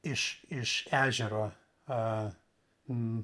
iš iš ežero a